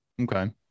Okay